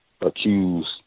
accused